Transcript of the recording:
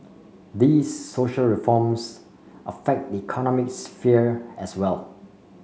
these social reforms affect the economic sphere as well